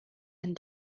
and